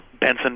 Benson